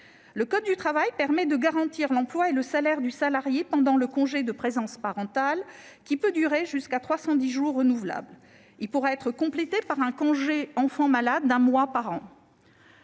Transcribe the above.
Le code du travail permet de garantir l'emploi et le salaire du salarié pendant le congé de présence parentale, lequel peut durer jusqu'à 310 jours renouvelables. Ce congé pourra être complété par un congé pour enfant malade d'un mois par an.